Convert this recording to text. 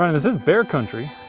um and this is bear country.